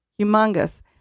humongous